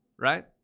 right